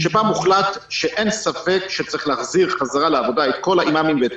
שבהן הוחלט שצריך להחזיר לעבודה את כל האימאמים וכל